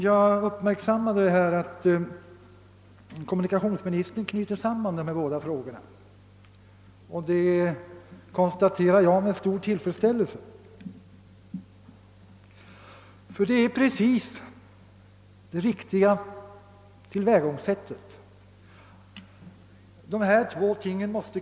Jag uppmärksammade emellertid att kommunikationsministern knöt samman dessa båda spörsmål, vilket jag konstaterar med stor tillfredsställelse. Det är nämligen precis det riktiga tillvägagångssättet.